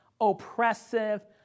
oppressive